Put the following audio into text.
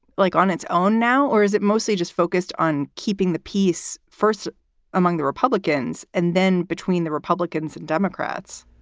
like on its own now, or is it mostly just focused on keeping the peace first among the republicans and then between the republicans and democrats?